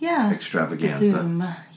extravaganza